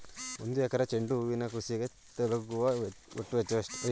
ಒಂದು ಎಕರೆ ಚೆಂಡು ಹೂವಿನ ಕೃಷಿಗೆ ತಗಲುವ ಒಟ್ಟು ವೆಚ್ಚ ಎಷ್ಟು?